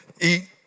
Eat